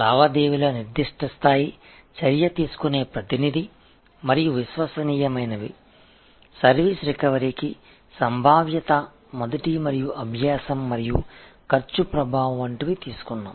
நாம் இந்த பல்வேறு வகையான நிலை செயல்முறை நிலை பரிவர்த்தனைகள் குறிப்பிட்ட நிலை செயல்பாட்டு பிரதிநிதி மற்றும் நம்பகமான சர்வீஸ் ரிகவரி க்கான சாத்தியம் முதல் மற்றும் கற்றல் மற்றும் செலவு செயல்திறன்